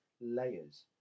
layers